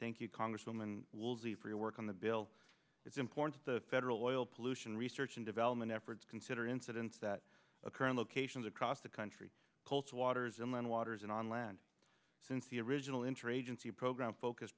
thank you congresswoman lee for your work on the bill it's important the federal oil pollution research and development efforts consider incidents that occur in locations across the country pulse waters inland waters and on land since the original interagency program focused